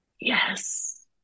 Yes